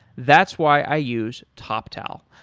that's why i use toptal.